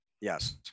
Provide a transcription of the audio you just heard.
Yes